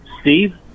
Steve